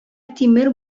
тимер